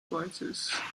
voicesand